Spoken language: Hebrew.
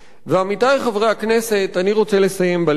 עמיתי חברי הכנסת, אני רוצה לסיים בלקח,